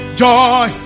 joy